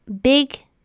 big